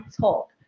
talk